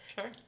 sure